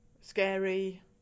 scary